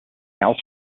else